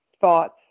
thoughts